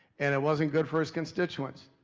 and it wasn't good for his constituents.